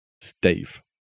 Stave